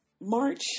March